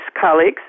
colleagues